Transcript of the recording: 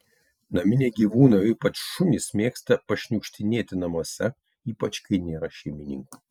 naminiai gyvūnai o ypač šunys mėgsta pašniukštinėti namuose ypač kai nėra šeimininkų